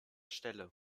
stelle